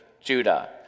Judah